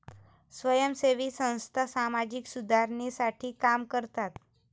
स्वयंसेवी संस्था सामाजिक सुधारणेसाठी काम करतात